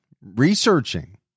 researching